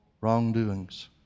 wrongdoings